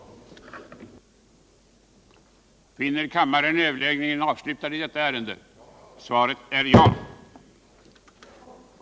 frågor på längre Sikt Alkoholpolitiska frågor den det ej vill röstar nej.